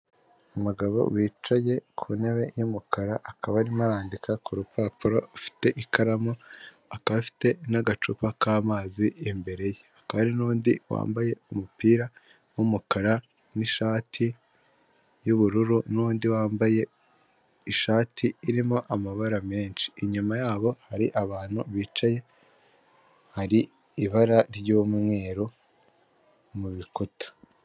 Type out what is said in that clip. Umugabo wicaye ku ntebe y'umukara akaba arimo yandika ku rupapuro afite ikaramu afite n'agacupa k'amazi imbere ye hakaba hari n'undi wambaye umupira w'umukara nshati y'ubururu n'undi wambaye ishati irimo amabara menshi inyuma yabo hari abantu bicaye hari ibara ry'umweru mubikuta.